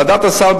ועדת הסל,